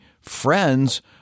friends